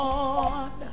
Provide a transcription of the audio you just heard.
Lord